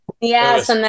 Yes